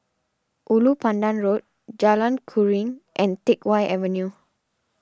Ulu Pandan Road Jalan Keruing and Teck Whye Avenue